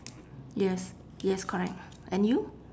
yes yes correct and you